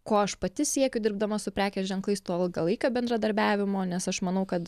ko aš pati siekiu dirbdama su prekės ženklais to ilgalaikio bendradarbiavimo nes aš manau kad